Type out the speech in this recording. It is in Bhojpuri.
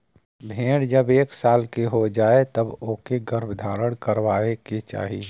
भेड़ जब एक साल के हो जाए तब ओके गर्भधारण करवाए के चाही